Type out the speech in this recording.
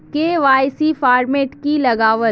KYC format की लगावल?